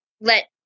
let